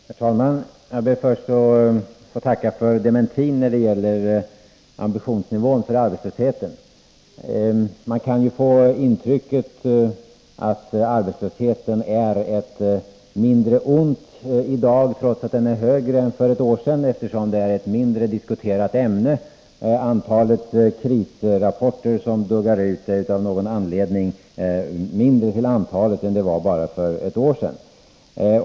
Herr talman! Jag ber först att få tacka för dementin när det gäller ambitionsnivån beträffande arbetslösheten. Man kan ju få intrycket att arbetslösheten är ett mindre ont i dag trots att den är högre än för ett år sedan, eftersom det är ett mindre diskuterat ämne. Antalet krisrapporter som duggar ner är av någon anledning mindre till antalet än för bara ett år sedan.